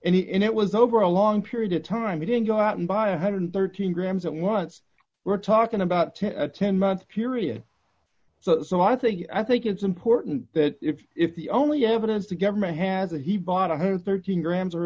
and he in it was over a long period of time he didn't go out and buy a one hundred and thirteen grams at once we're talking about ten a ten month period so so i think i think it's important that if the only evidence the government has a he bought one hundred and thirteen grams or